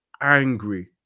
angry